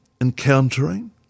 encountering